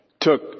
took